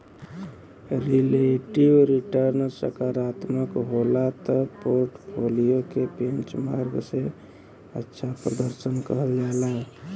relative return सकारात्मक होला त पोर्टफोलियो के बेंचमार्क से अच्छा प्रर्दशन कहल जाला